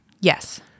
Yes